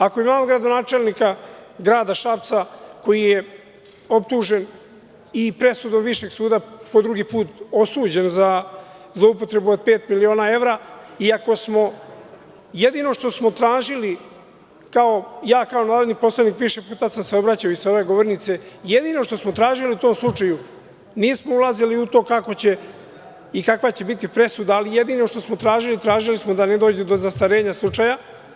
Ako imamo gradonačelnika grada Šapca koji je optužen i presudom Višeg suda po drugi put osuđen za zloupotrebu od pet miliona evra, i ako smo jedino što smo tražili kao, ja kao narodni poslanik, više puta sam se obraćao i sa ove govornice, jedino što smo tražili u tom slučaju, nismo ulazili u to kako će i kakva će biti presuda, ali jedino što smo tražili, tražili smo da ne dođe do zastarenja slučaja.